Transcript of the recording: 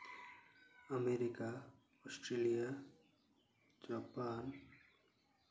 America Australia Japan